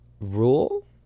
rule